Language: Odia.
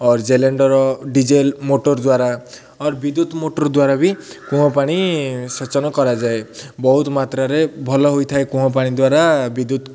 ଅର୍ ଜେଲିଟର୍ ଡିଜେଲ୍ ମୋଟର୍ ଦ୍ୱାରା ଆର୍ ବିଦ୍ୟୁତ ମୋଟର୍ ଦ୍ୱାରା ବି କୂଅ ପାଣି ସେଚନ କରାଯାଏ ବହୁତ ମାତ୍ରାରେ ଭଲ ହୋଇଥାଏ କୂଅ ପାଣି ଦ୍ୱାରା ବିଦ୍ୟୁତ